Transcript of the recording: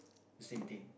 the same thing